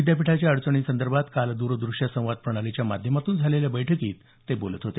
विद्यापीठाच्या अडचणींसंदर्भात काल दूरदृश्य संवाद प्रणालीच्या माध्यमातून झालेल्या बैठकीत ते बोलत होते